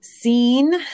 seen